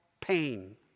pain